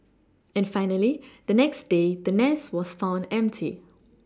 and finally the next day the nest was found empty